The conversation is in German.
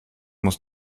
muss